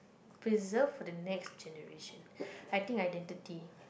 preserve for the next generation I think identity